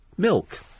milk